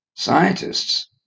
Scientists